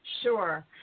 Sure